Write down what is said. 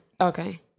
Okay